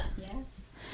Yes